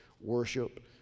worship